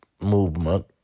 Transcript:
movement